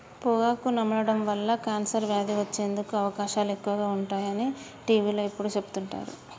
పొగాకు నమలడం వల్ల కాన్సర్ వ్యాధి వచ్చేందుకు అవకాశాలు ఎక్కువగా ఉంటాయి అని టీవీలో ఎప్పుడు చెపుతుంటారు